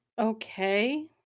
Okay